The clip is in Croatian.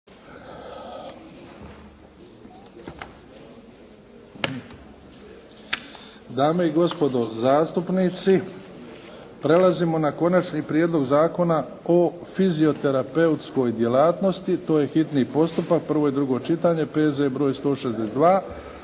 Dame i gospodo zastupnici prelazimo na: - Konačni prijedlog zakona o fizioterapeutskoj djelatnosti, hitni postupak, prvo i drugo čitanje, P.Z.E. br. 162;